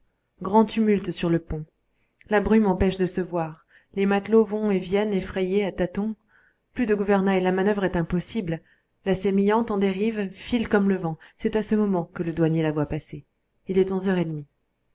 grand tumulte sur le pont la brume empêche de se voir les matelots vont et viennent effrayés à tâtons plus de gouvernail la manœuvre est impossible la sémillante en dérive file comme le vent c'est à ce moment que le douanier la voit passer il est onze heures et demie